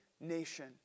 nation